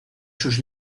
sus